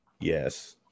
Yes